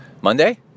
Monday